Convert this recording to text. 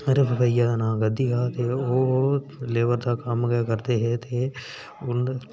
मेरे बोइआ दा नांऽ गद्दी हा ते ओह् लेबर दा कम्म गै करदे हे ते उं'दा